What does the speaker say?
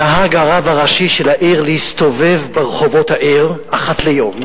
נהג הרב הראשי של העיר להסתובב ברחובות העיר אחת ליום,